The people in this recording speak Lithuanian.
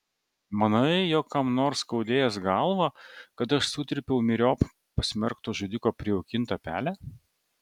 manai jog kam nors skaudės galvą kad aš sutrypiau myriop pasmerkto žudiko prijaukintą pelę